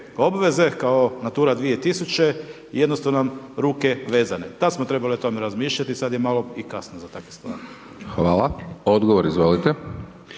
obveze, kao Natura 2000 jednostavno ruke vezane. Tad smo trebali o tome razmišljati, sad je malo i kasno za takve stvari. **Hajdaš Dončić,